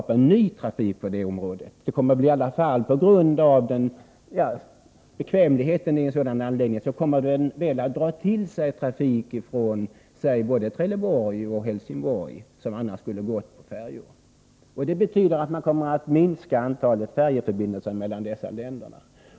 På grund av bekvämligheten i en sådan anläggning kommer den att dra till sig trafik från både Trelleborg och Helsingborg som annars skulle ha gått med färjor. Det betyder att man kommer att minska antalet färjeförbindelser.